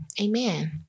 amen